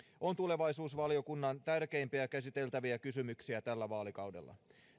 on tulevaisuusvaliokunnan tärkeimpiä käsiteltäviä kysymyksiä tällä vaalikaudella